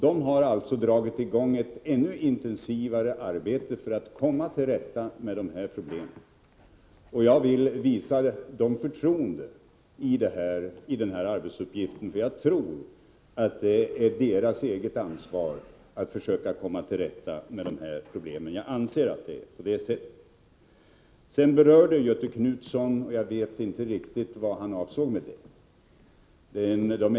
De har dragit i gång ett ännu intensivare arbete än det som tidigare bedrevs för att komma till rätta med dessa problem. Jag vill visa dem förtroende i den här arbetsuppgiften — jag anser nämligen att det är deras eget ansvar att försöka komma till rätta med dessa problem. Sedan berörde Göthe Knutson de ekonomiska bidrag som lämnas till idrottsrörelsen.